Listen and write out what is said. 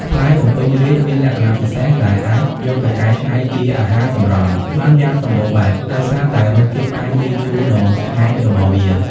ផ្លែបំពេញរាជ្យមានលក្ខណៈពិសេសដែលអាចយកទៅកែច្នៃជាអាហារសម្រន់ បានយ៉ាងសម្បូរបែប ដោយសារតែរសជាតិផ្អែមលាយជូរដ៏ឆ្ងាញ់របស់វា។